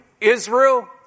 Israel